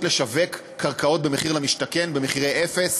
לשווק קרקעות במחיר למשתכן במחירי אפס,